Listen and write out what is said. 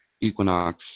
equinox